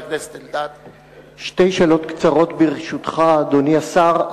שתי שאלות קצרות, ברשותך, אדוני השר.